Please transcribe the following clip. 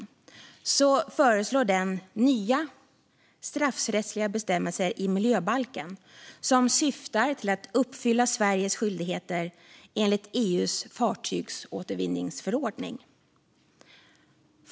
I den föreslås nya straffrättsliga bestämmelser i miljöbalken som syftar till att uppfylla Sveriges skyldigheter enligt EU:s fartygsåtervinningsförordning.